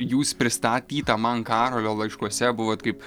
jūs pristatyta man karolio laiškuose buvot kaip